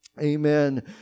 Amen